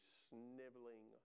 sniveling